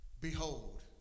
behold